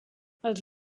els